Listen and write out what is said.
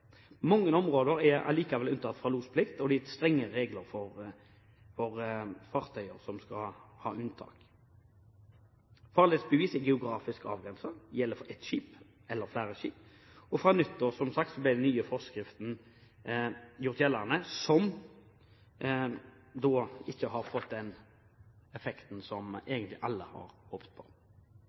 Mange områder er likevel unntatt fra losplikt, og det er gitt strengere regler for fartøy som skal ha unntak. Farledsbevis er geografisk avgrenset og gjelder for ett eller flere skip. Fra nyttår ble som sagt den nye forskriften gjort gjeldende, og den har ikke fått den effekten som egentlig alle har håpet på.